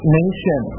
nation